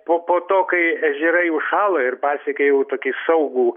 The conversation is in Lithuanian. po po to kai ežerai užšąla ir pasiekia jau tokį saugų